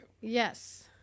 yes